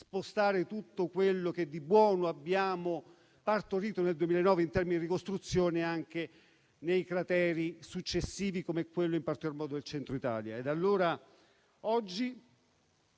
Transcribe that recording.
spostare tutto quello che di buono abbiamo partorito nel 2009 in termini di ricostruzione anche sui crateri successivi, come quello, in particolar modo, del Centro Italia.